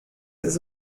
ist